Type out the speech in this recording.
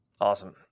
Awesome